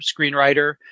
screenwriter